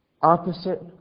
Opposite